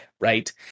right